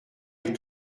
est